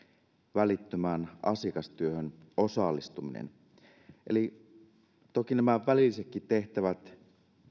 välittömään asiakastyöhön osallistuminen ja huomioon otetaan toki nämä välillisetkin tehtävät